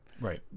right